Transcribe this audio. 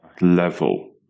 level